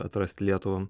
atrasti lietuvą